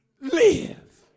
live